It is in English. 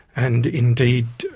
and indeed,